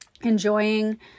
enjoying